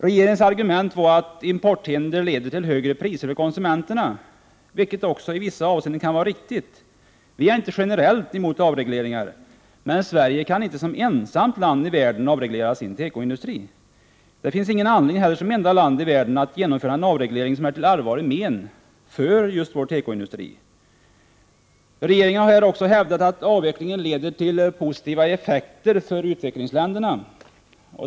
Regeringens argument var att importhinder leder till högre priser för konsumenterna, vilket också kan vara riktigt i vissa avseenden. Centerpartiet är inte generellt mot avregleringar, men Sverige kan inte som ensamt land i världen avreglera sin tekoindustri. Det finns ingen anledning att Sverige som enda land i världen genomför en avreglering som är till allvarligt men för vår tekoindustri. Regeringen har också hävdat att avvecklingen av importrestriktioner leder till positiva effekter för utvecklingsländerna.